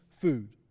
food